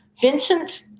Vincent